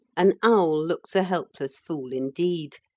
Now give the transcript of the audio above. an owl looks a helpless fool indeed,